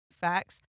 facts